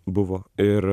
buvo ir